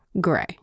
gray